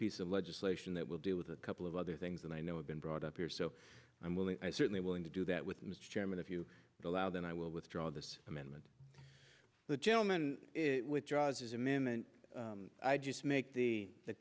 piece of legislation that will deal with a couple of other things and i know i've been brought up here so i'm willing i certainly willing to do that with mr chairman if you allow then i will withdraw this amendment the gentleman withdraws his amendment i just make the